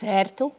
Certo